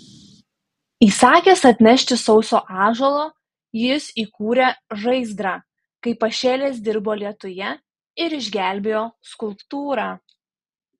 įsakęs atnešti sauso ąžuolo jis įkūrė žaizdrą kaip pašėlęs dirbo lietuje ir išgelbėjo skulptūrą